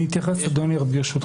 אני אתייחס, אדוני, ברשותך.